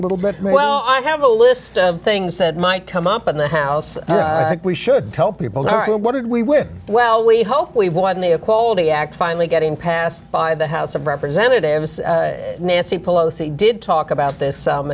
little bit well i have a list of things that might come up in the house we should tell people what did we win well we hope we won the equality act finally getting passed by the house of representatives nancy pelosi did talk about this i